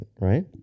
right